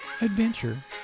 adventure